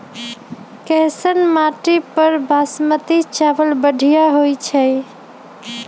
कैसन माटी पर बासमती चावल बढ़िया होई छई?